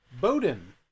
Bowden